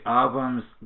albums